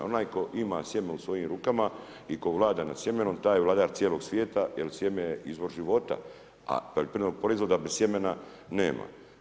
Onaj tko ima sjeme u svojim rukama i tko vlada nad sjemenom, tja je vladar cijelog svijeta, jer sjeme je izvor života, a bez poljoprivrednog proizvoda sjemena nema.